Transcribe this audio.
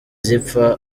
zipfa